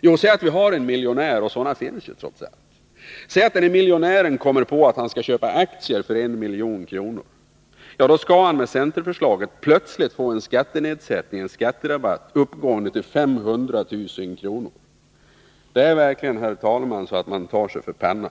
Jo, säg att det rör sig om en miljonär — och sådana finns trots allt — som plötsligt skulle få för sig att köpa aktier för 1 milj.kr. Denne skulle enligt centerförslaget plötsligt få en skatterabatt uppgående till 500 000 kr. Det är verkligen, herr talman, så att man tar sig för pannan.